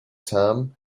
term